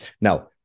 Now